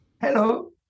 Hello